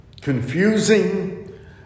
confusing